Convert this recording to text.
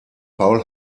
paul